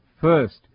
first